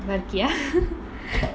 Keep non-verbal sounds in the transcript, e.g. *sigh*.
நல்லாருக்கியா:nallaarukkiyaa *laughs*